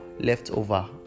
leftover